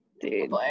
dude